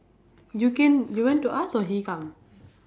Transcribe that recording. you can you went to ask or he come